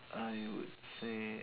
I would say